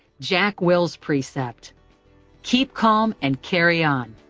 jack will's precept keep calm and carry on!